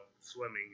swimming